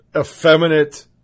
effeminate